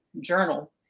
journal